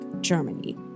Germany